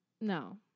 No